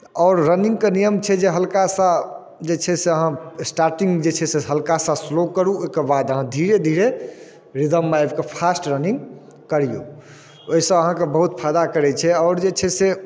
आओर रनिंगके नियम छै जे हल्का सा जे छै से अहाँ स्टार्टिंग जे छै से हल्का सा स्लो करू ओहिके बाद अहाँ धीरे धीरे रिदममे आबि कऽ अहाँ फास्ट रनिंग करिऔ ओइसँ अहाँके बहुत फायदा करै छै आओर जे छै से